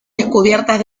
descubiertas